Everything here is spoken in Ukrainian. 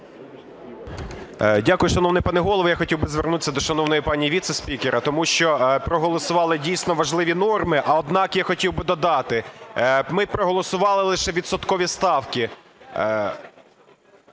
Дякую, шановний пане Голово. Я хотів би звернутися до шановної пані віце-спікера, тому що проголосували дійсно важливі норми, а однак я хотів би додати, ми проголосували лише відсоткові ставки.